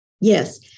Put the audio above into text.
Yes